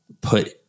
put